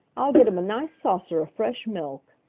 i'll get him a nice saucer of fresh milk.